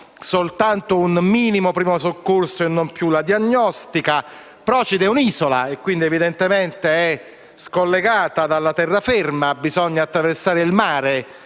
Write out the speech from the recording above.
soltanto un minimo primo soccorso e non più la diagnostica. Procida è un'isola e, quindi, è scollegata dalla terraferma. Bisogna attraversare il mare,